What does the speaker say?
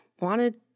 wanted